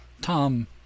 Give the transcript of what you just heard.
tom